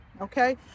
okay